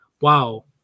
wow